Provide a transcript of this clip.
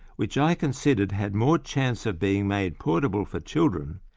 which i considered had more chance of being made portable for children,